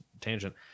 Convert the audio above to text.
tangent